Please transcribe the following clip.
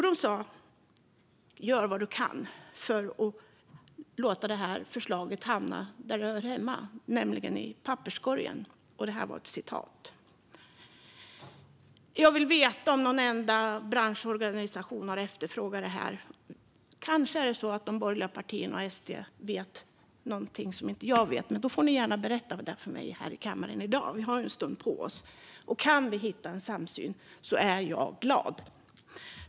De sa: Gör vad du kan för att låta det här förslaget hamna där det hör hemma, nämligen i papperskorgen! Det är ett citat. Jag vill veta om någon enda branschorganisation har efterfrågat detta. Kanske vet de borgerliga partierna och SD någonting som inte jag vet, men då får de gärna berätta det för mig här i kammaren i dag. Vi har ju en stund på oss. Kan vi hitta en samsyn är jag glad.